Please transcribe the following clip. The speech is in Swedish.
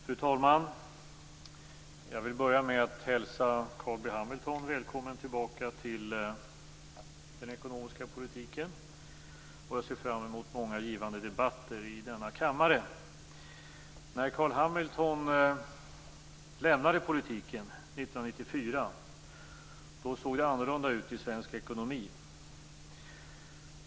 Fru talman! Jag vill börja med att hälsa Carl B Hamilton välkommen tillbaka till den ekonomiska politiken. Jag ser fram emot många givande debatter i denna kammare. När Carl B Hamilton lämnade politiken 1994 såg det annorlunda ut i svensk ekonomi.